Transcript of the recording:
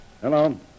Hello